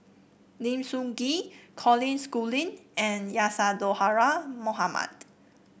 Lim Sun Gee Colin Schooling and Isadhora Mohamed